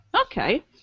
Okay